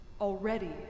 already